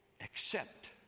accept